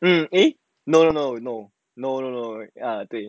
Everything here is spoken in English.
mmhmm eh no no no no no no no ya